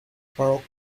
baroque